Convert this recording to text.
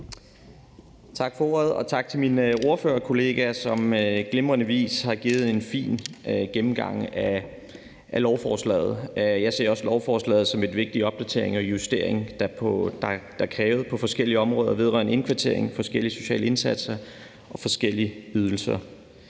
Tak for ordet, og tak til mine ordførerkollegaer, som på glimrende vis har givet en fin gennemgang af lovforslaget. Jeg ser også lovforslaget som en vigtig opdatering og justering, der er krævet på forskellige områder, vedrørende indkvartering, forskellige sociale indsatser og forskellige ydelser.